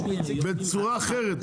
בצורה אחרת,